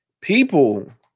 People